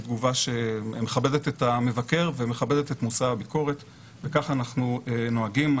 היא תגובה שמכבדת את המבקר ומכבדת את מושא הביקורת וכך אנחנו נוהגים.